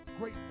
great